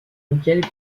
lequel